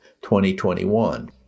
2021